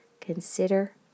consider